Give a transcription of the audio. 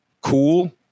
cool